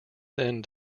then